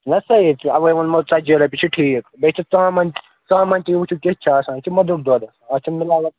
نَہ سا ییٚتہِ چھُ اوے ووٚنمو ژتجی رۄپیہِ چھُ ٹھیٖک بیٚیہِ چھِ ژامن ژامن تُہۍ وٕچھو کِژھ چھِ آسان یہِ چھُ مُدرُک دۄدس اتھ چھِنہٕ مِلاوٹھ